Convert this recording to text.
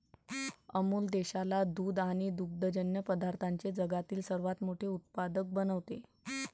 अमूल देशाला दूध आणि दुग्धजन्य पदार्थांचे जगातील सर्वात मोठे उत्पादक बनवते